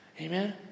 Amen